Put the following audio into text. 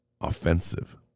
offensive